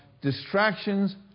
Distractions